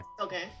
Okay